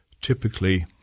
typically